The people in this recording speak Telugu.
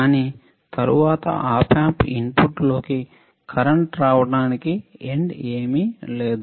కానీ తరువాత ఆప్ ఆంప్ ఇన్పుట్ లోకి కరెంట్ రావడానికి ఎండ్ ఏమీ లేదు